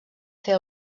fer